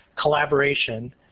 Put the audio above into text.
collaboration